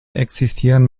existieren